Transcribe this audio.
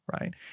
right